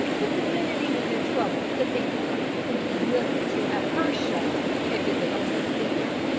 but the minute he was in trouble to think of her and be willing to have her shut up if he could only see her.